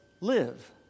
live